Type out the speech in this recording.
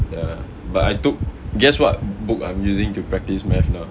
ya but I took guess what book I'm using to practice math now